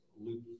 loop